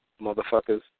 motherfuckers